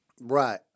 Right